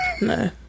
No